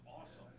awesome